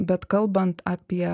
bet kalbant apie